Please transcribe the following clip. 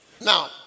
Now